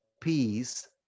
peace